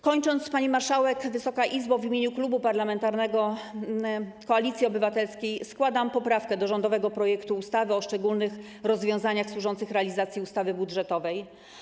Kończąc, pani marszałek, Wysoka Izbo, w imieniu Klubu Parlamentarnego Koalicji Obywatelskiej składam poprawki do rządowego projektu ustawy o szczególnych rozwiązaniach służących realizacji ustawy budżetowej.